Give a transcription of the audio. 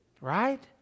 Right